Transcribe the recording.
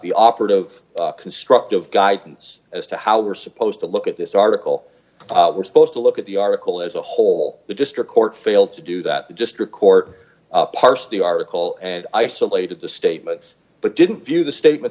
the operative constructive guidance as to how we're supposed to look at this article we're supposed d to look at the article as a whole the district court failed to do that just record parts of the article and isolated the statements but didn't view the statement